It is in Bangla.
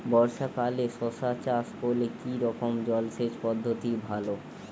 বর্ষাকালে শশা চাষ করলে কি রকম জলসেচ পদ্ধতি ভালো?